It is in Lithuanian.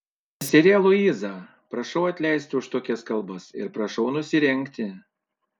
seserie luiza prašau atleisti už tokias kalbas ir prašau nusirengti